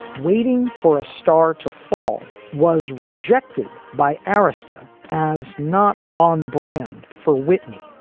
waiting for a star to fall was rejected by arista as not on brand for whitney.